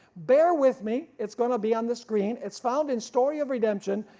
bear with me it's going to be on the screen. it's found in story of redemption